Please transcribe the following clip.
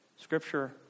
Scripture